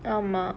ஆமா:aamaa